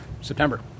September